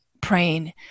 praying